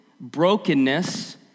brokenness